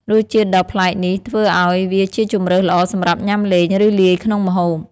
រសជាតិដ៏ប្លែកនេះធ្វើឲ្យវាជាជម្រើសល្អសម្រាប់ញ៉ាំលេង ឬលាយក្នុងម្ហូប។